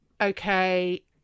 Okay